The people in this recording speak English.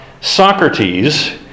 Socrates